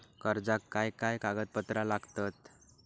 कर्जाक काय काय कागदपत्रा लागतत?